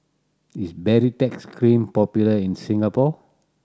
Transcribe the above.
is Baritex Cream popular in Singapore